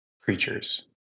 creatures